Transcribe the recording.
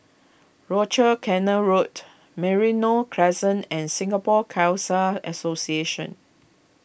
Rochor Canal Road Merino Crescent and Singapore Khalsa Association